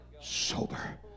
sober